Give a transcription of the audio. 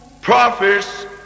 prophets